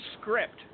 script